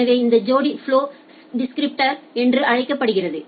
எனவே இந்த ஜோடி ஃபலொ டெஸ்கிரிப்டார் என்று அழைக்கப்படுகிறது